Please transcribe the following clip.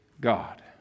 God